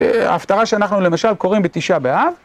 ההפטרה שאנחנו למשל קוראים בתשעה באב